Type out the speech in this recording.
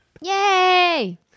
Yay